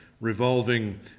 revolving